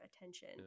attention